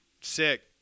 sick